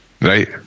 right